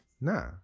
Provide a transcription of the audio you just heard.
nah